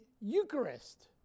Eucharist